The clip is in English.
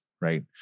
Right